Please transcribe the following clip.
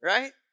Right